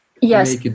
Yes